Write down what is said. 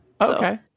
Okay